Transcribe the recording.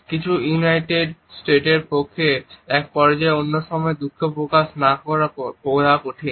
কিছু ইউনাইটেড স্টেটের পক্ষে এক পর্যায়ে বা অন্য সময়ে দুঃখ প্রকাশ না করা বোঝা কঠিন